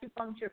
acupuncture